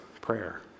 prayer